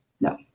No